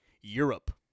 europe